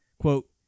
Quote